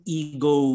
ego